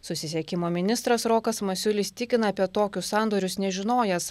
susisiekimo ministras rokas masiulis tikina apie tokius sandorius nežinojęs